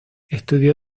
estudió